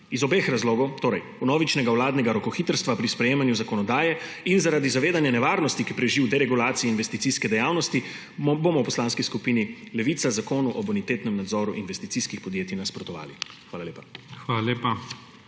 Iz obeh razlogov, torej vnovičnega vladnega rokohitrstva pri sprejemanju zakonodaje in zaradi zavedanja nevarnosti, ki preži v deregulaciji investicijske dejavnosti, bomo v Poslanski skupini Levica zakonu o bonitetnem nadzoru investicijskih podjetij nasprotovali. Hvala lepa.